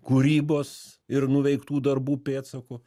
kūrybos ir nuveiktų darbų pėdsakų